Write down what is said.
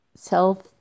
Self